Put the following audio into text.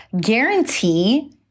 Guarantee